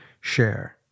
share